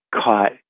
caught